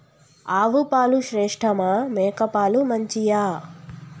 ఆవు పాలు శ్రేష్టమా మేక పాలు మంచియా?